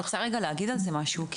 אני רוצה להגיד על זה משהו: